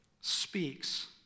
speaks